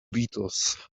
beatles